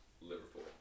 Liverpool